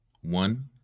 one